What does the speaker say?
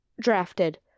drafted